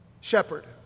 shepherd